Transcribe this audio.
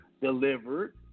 delivered